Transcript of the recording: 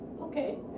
Okay